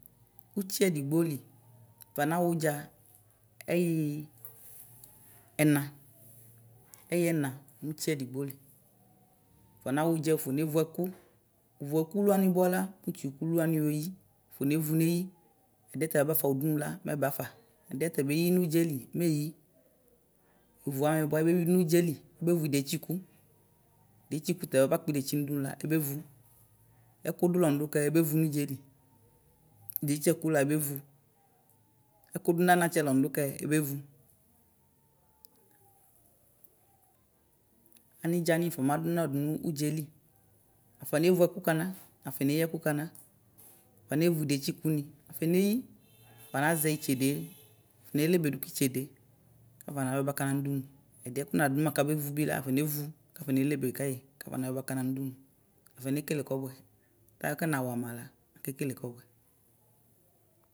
Ʋtsi edigboli nafɔ naxa ʋdza ɛyi ɛna ɛyi ɛna nʋ utsi edigboli ʋfɔnaxa ʋdza ʋfɔ nevʋ ɛkʋ ʋvʋ ɛkʋlʋ wani bʋala utsiyɔ ʋkʋlʋ wani ʋyi ʋfɔ nevʋ neyi ɛdiɛta ɛbafa ʋdʋnʋ la ʋɛbafa ɛdiɛta ɛbɛyi nʋ ʋdzɛli mɛ eyi, ʋvʋ anɛ bʋa ʋvi dʋ udzaɛli idetsikula ɛbevʋ ɛkʋdʋ nʋ anatsɛ la ɔnidʋkɛ ɛbevʋ anidzani nifɔna dʋna ʋdzɛli afɔnevʋ ɛkʋ kana afɔneyi ɛku kana afɔnevʋ idetsikʋni afɔneyi afɔnazɛ itsede ne lebedʋ kitsede afɔnayɔ bakana nʋ ʋdʋnʋ ɛdia kʋ na dʋma kabevʋ bila anevʋ kafɔne lebe kayi kafɔnayɔ bakana nʋ ʋdʋnʋ afɔ nekele kɔbʋɛ kalɛ nawamala kekele kɔbʋɛ.